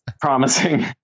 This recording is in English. promising